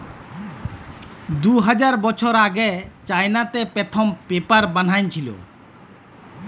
দু হাজার বসর আগে চাইলাতে পথ্থম পেপার বালাঁই ছিল